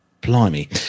Blimey